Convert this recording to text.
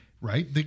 right